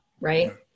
Right